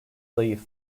zayıf